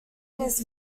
his